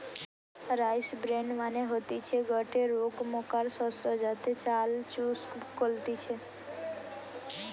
rice bran মানে হতিছে গটে রোকমকার শস্য যাতে চাল চুষ কলতিছে